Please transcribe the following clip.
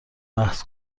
بحث